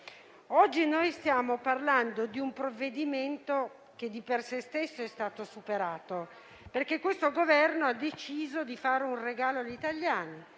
oggi noi stiamo parlando di un provvedimento che di per sé è stato superato, perché il Governo ha deciso di fare un regalo agli italiani.